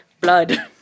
blood